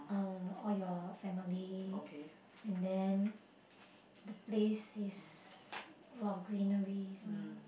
uh or your family and then the place is a lot of greeneries ah